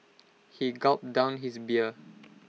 he gulped down his beer